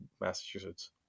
Massachusetts